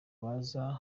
baza